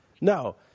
No